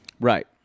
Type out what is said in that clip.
Right